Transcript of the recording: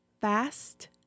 fast